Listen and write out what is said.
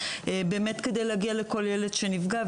באמת כדי להגיע לכל ילד שנפגע,